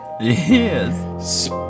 Yes